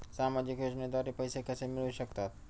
सामाजिक योजनेद्वारे पैसे कसे मिळू शकतात?